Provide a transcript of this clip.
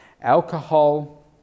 Alcohol